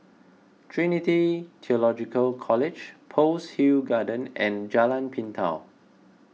Trinity theological College Pearl's Hill Road and Jalan Pintau